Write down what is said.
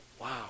Wow